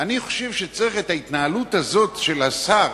אני חושב שצריך את ההתנהלות הזאת של השר